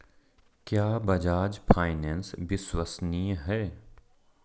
क्या बजाज फाइनेंस विश्वसनीय है?